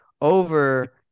over